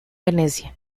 venecia